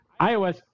iOS